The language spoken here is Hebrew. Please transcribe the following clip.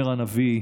אומר הנביא,